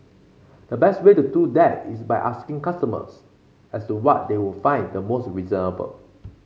the best way to do that is by asking customers as to what they would find the most reasonable